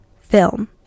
film